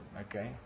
Okay